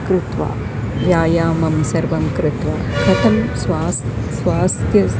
कृत्वा व्यायामं सर्वं कृत्वा कथं स्वास् स्वास्थ्यम्